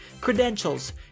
credentials